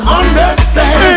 understand